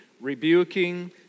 rebuking